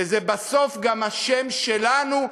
וזה בסוף גם השם שלנו,